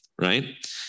right